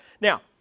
Now